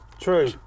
True